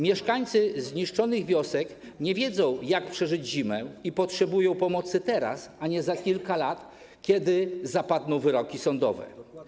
Mieszkańcy zniszczonych wiosek nie wiedzą, jak przeżyć zimę i potrzebują pomocy teraz, a nie za kilka lat, kiedy zapadną wyroki sądowe.